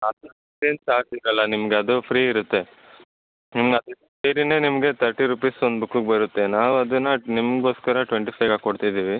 ಅದುಕ್ಕೆ ಏನು ಚಾರ್ಜ್ ಇರೋಲ್ಲ ನಿಮ್ಗೆ ಅದು ಫ್ರೀ ಇರುತ್ತೆ ಹ್ಞೂ ಅದು ಸೇರಿನೆ ನಿಮಗೆ ತರ್ಟಿ ರುಪೀಸ್ ಒಂದು ಬುಕ್ಕುಗೆ ಬರುತ್ತೆ ನಾವು ಅದನ್ನು ನಿಮಗೋಸ್ಕರ ಟ್ವೆಂಟಿ ಫೈವ್ ಹಾಕ್ಕೊಡ್ತಿದ್ದೀವಿ